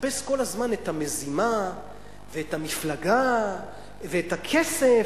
ונחפש כל הזמן את המזימה ואת המפלגה ואת הכסף